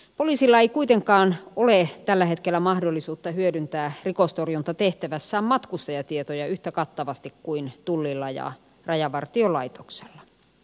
poliisilla ei kuitenkaan ole tällä hetkellä mahdollisuutta hyödyntää rikostorjuntatehtävässään matkustajatietoja yhtä kattavasti kuin tullilla ja rajavartiolaitoksella